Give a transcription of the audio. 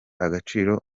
agaciro